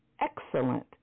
excellent